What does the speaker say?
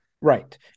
Right